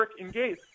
engage